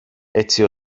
έτσι